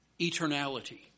eternality